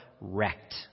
wrecked